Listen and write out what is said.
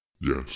Yes